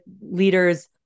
leaders